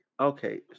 Okay